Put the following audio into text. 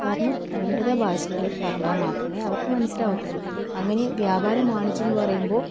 കാരണം അവരുടേതായ ഭാഷയിൽ പറഞ്ഞാൽ മാത്രമേ അവർക്ക് മനസ്സിലാവത്തൊള്ളൂ അങ്ങനെ വ്യാപാരം വാണിജ്യം എന്ന് പറയുമ്പോൾ